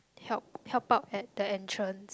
help help out at the entrance